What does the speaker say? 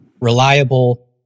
reliable